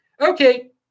Okay